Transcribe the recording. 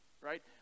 right